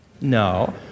No